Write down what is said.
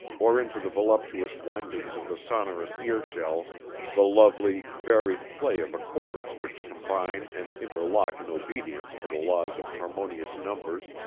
or into the voluptuous windings of the sonorous ear-shell the lovely, varied play of accords which combine and interlock in obedience to the laws of harmonious numbers,